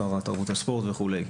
שר התרבות והספורט וכו'.